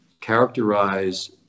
characterize